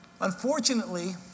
Unfortunately